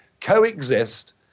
coexist